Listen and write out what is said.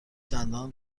دندان